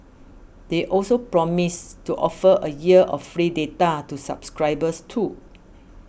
they also promised to offer a year of free data to subscribers too